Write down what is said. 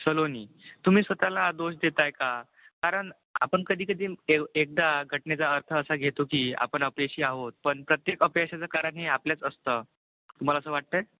सलोनी तुम्ही स्वतःला दोष देताय का कारण आपण कधी कधी एक एकदा घटनेचा अर्थ असा घेतो की आपण अपयशी आहोत पण प्रत्येक अपयशाचं कारण हे आपल्याच असतं तुम्हाला असं वाटत आहे